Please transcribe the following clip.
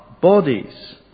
bodies